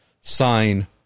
sign